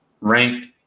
ranked